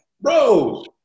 bro